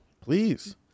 Please